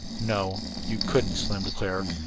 no, you couldn't, slim declared,